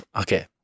okay